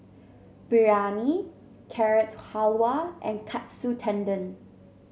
Biryani Carrot Halwa and Katsu Tendon